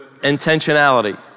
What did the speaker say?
intentionality